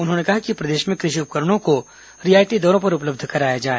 उन्होंने कहा कि प्रदेश में कृषि उपकरणों को रियायती दरों पर उपलब्ध कराया जाए